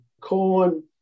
corn